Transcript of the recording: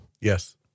Yes